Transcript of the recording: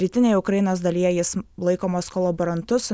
rytinėje ukrainos dalyje jis laikomas kolaborantu su